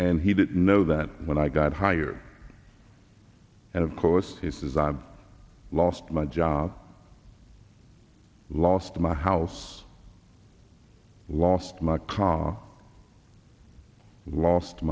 and he didn't know that when i got hired and of course he says i lost my job lost my house lost